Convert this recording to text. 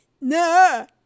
no